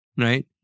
right